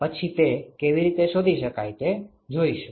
પછી તે કેવી રીતે શોધી શકાય તે જોઈશું